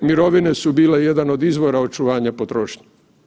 Mirovine su bile jedan od izvora očuvanja potrošnje.